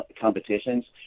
competitions